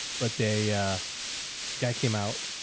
but they, a guy came out,